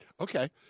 Okay